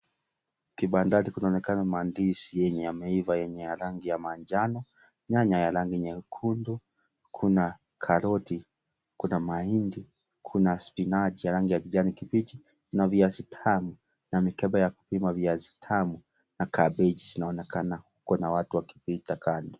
Kibandani kunaonekana na mandizi yenye yameiva yenye ya rangi ya manjano, nyanya ya rangi nyekundu, kuna karoti, kuna mahindi, kuna spinachi ya rangi ya kijani kibichi na viazi tamu. Na mikebe ya kupima viazi tamu na kabeji zinaonekana kuna watu wakipita kando.